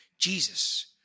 Jesus